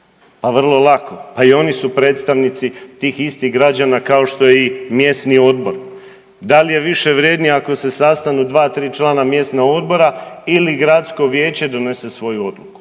a vrlo lako, pa i oni su predstavnici tih istih građana, kao što je i mjesni odbor. Da li je više vrijednije ako se sastanu 2, 3 člana mjesnog odbora ili gradsko vijeće donese svoju odluku?